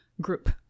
group